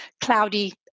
cloudy